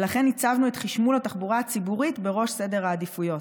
ולכן הצבנו את חשמול התחבורה הציבורית בראש סדר העדיפויות.